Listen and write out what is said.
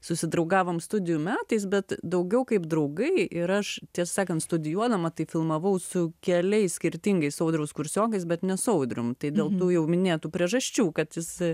susidraugavom studijų metais bet daugiau kaip draugai ir aš tiesą sakant studijuodama tai filmavau su keliais skirtingais audriaus kursiokais bet ne su audrium tai dėl tų jau minėtų priežasčių kad jis